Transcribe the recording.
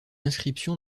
inscription